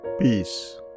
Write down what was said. Peace